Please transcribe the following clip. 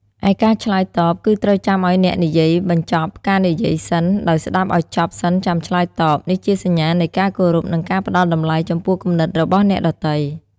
ឯការឆ្លើយតប គឺត្រូវចាំឲ្យអ្នកនិយាយបញ្ចប់ការនិយាយសិន ដោយស្តាប់ឲ្យចប់សិនចាំឆ្លើយតប នេះជាសញ្ញានៃការគោរព និងការផ្តល់តម្លៃចំពោះគំនិតរបស់អ្នកដទៃ។